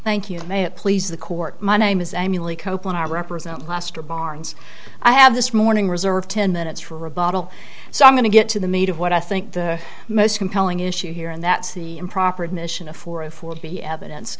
thank you may it please the court my name is emily copeland i represent laster barnes i have this morning reserved ten minutes for a bottle so i'm going to get to the meat of what i think the most compelling issue here and that's the improper admission of for a fourth be evidence